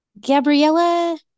Gabriella